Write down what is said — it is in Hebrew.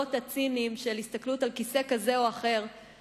לגבולות הציניים של הסתכלות על כיסא כזה או אחר,